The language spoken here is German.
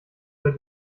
oder